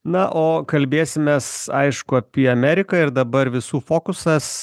na o kalbėsimės aišku apie ameriką ir dabar visų fokusas